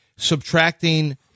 subtracting